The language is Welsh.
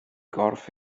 gorff